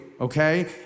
okay